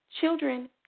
Children